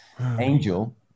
angel